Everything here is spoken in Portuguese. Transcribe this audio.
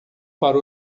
para